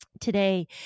today